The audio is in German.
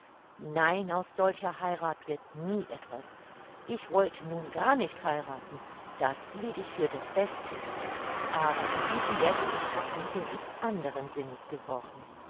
nein aus solcher heirath wird nie etwas ich wollte nun gar nicht heirathen das hielt ich für das beste aber in diesen letzten tagen bin ich anderen sinnes geworden